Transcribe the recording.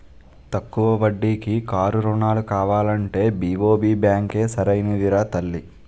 తక్కువ వడ్డీకి కారు రుణాలు కావాలంటే బి.ఓ.బి బాంకే సరైనదిరా తల్లీ